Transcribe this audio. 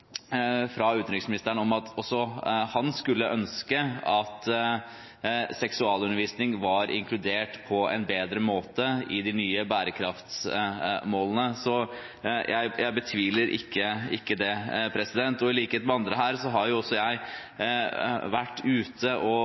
fra utenriksministeren at også han skulle ønske at seksualundervisning var inkludert på en bedre måte i de nye bærekraftsmålene, så jeg betviler ikke det. I likhet med andre her har også jeg vært ute og